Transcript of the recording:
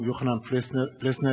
יוחנן פלסנר,